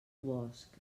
bosc